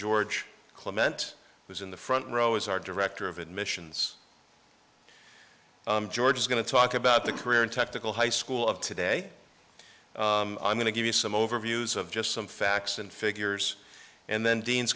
george clement who's in the front row is our director of admissions george is going to talk about the career and technical high school of today i'm going to give you some overviews of just some facts and figures and then dean's